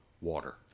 water